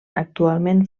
actualment